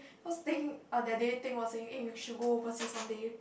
cause Ting-Ying uh that day Ting was saying eh we should go overseas one day